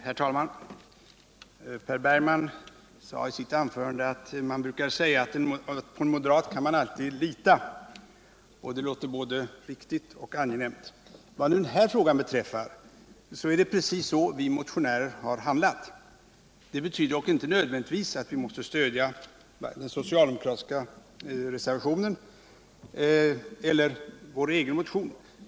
Herr talman! Per Bergman framhöll i sitt anförande att man brukar säga att på en moderat kan man alltid lita. Det låter både riktigt och angenämt. Vad beträffar den fråga som vi nu diskuterar är det precis så vi motionärer har handlat. Men detta betyder inte nödvändigtvis att vi måste stödja den socialdemokratiska reservationen eller vår egen motion.